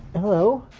hello.